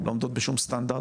לא עומדות בשום סטנדרט.